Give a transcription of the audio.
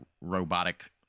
robotic